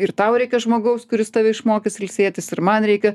ir tau reikia žmogaus kuris tave išmokys ilsėtis ir man reikia